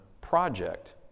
Project